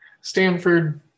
Stanford